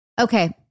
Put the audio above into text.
Okay